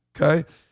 Okay